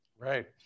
Right